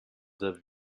the